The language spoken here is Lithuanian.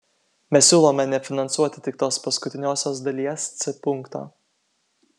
mes siūlome nefinansuoti tik tos paskutiniosios dalies c punkto